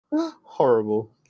Horrible